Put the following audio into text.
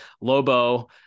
lobo